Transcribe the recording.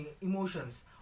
emotions